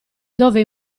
dove